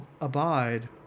abide